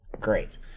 Great